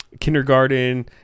kindergarten